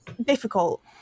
difficult